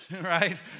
right